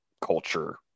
culture